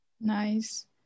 Nice